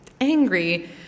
angry